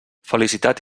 felicitat